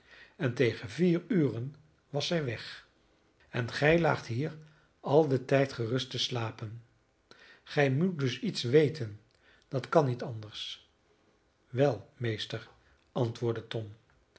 en tegen vier uren was zij weg en gij laagt hier al den tijd gerust te slapen gij moet dus iets weten dat kan niet anders wel meester antwoordde tom